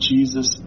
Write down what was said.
Jesus